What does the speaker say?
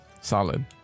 Solid